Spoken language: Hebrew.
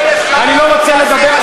אני לא רוצה לדבר.